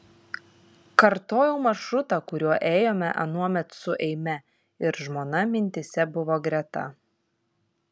kartojau maršrutą kuriuo ėjome anuomet su eime ir žmona mintyse buvo greta